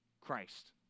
Christ